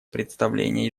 представление